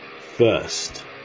First